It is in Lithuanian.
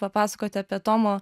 papasakoti apie tomo